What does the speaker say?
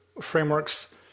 frameworks